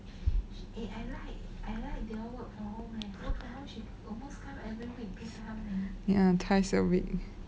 ya twice a week